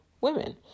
women